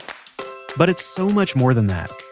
but it's so much more than that.